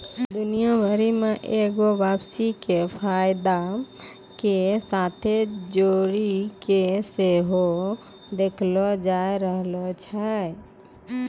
दुनिया भरि मे एगो वापसी के फायदा के साथे जोड़ि के सेहो देखलो जाय रहलो छै